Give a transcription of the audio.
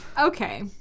Okay